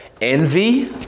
Envy